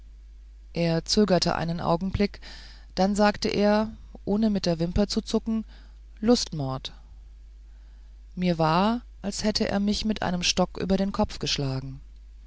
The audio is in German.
er zögerte einen augenblick dann sagte er ohne mit der wimper zu zucken lustmord mir war als hätte er mich mit einem stock über den kopf geschlagen